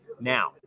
Now